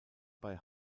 bei